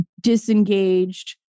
disengaged